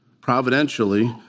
providentially